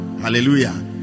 hallelujah